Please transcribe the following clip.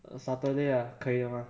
uh saturday ah 可以吗